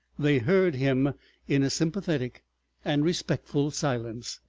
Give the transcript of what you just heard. they heard him in a sympathetic and respectful silence.